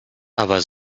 aber